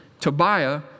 Tobiah